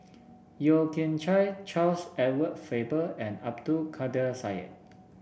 Yeo Kian Chye Charles Edward Faber and Abdul Kadir Syed